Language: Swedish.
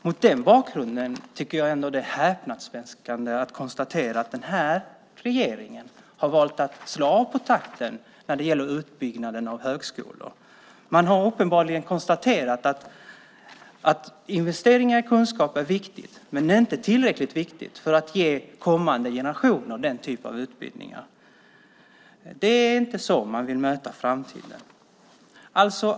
Mot den bakgrunden är det häpnadsväckande att regeringen har valt att slå av på takten när det gäller utbyggnaden av högskolor. Man har uppenbarligen konstaterat att investering i kunskap är viktigt men inte tillräckligt viktigt för att ge kommande generationer denna typ av utbildning. Det är inte så man vill möta framtiden.